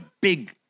big